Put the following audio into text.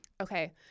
okay